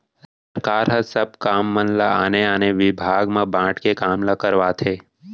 सरकार ह सब काम मन ल आने आने बिभाग म बांट के काम ल करवाथे